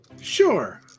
Sure